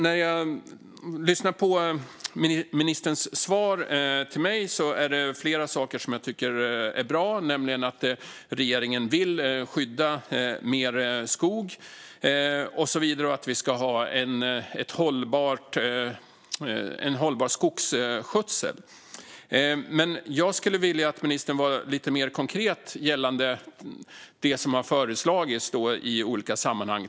När jag lyssnar på ministerns svar till mig är det flera saker som jag tycker är bra. Regeringen vill skydda mer skog och så vidare, och vi ska ha en hållbar skogsskötsel. Jag skulle vilja att ministern var lite mer konkret gällande det som har föreslagits i olika sammanhang.